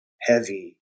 heavy